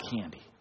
candy